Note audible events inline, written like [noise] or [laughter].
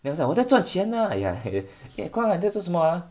then I say 我在赚钱 lah ya [laughs] eh guang ah 你在做什么 ah